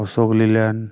Ashok Leyland